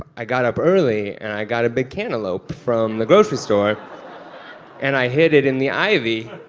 i got up early and i got a big cantaloupe from the grocery store and i hid it in the ivy,